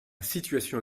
situation